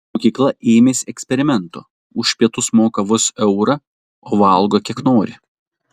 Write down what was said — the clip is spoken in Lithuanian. mokykla ėmėsi eksperimento už pietus moka vos eurą o valgo kiek nori